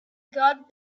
guard